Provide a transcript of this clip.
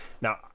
now